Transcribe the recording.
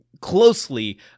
closely